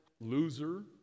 loser